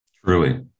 Truly